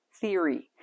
theory